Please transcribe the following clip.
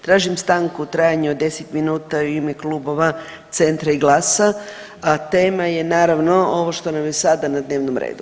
Tražim stanku u trajanju od 10 minuta u ime Klubova Centra i GLAS-a, a tema je naravno ovo što nam je sada na dnevnom redu.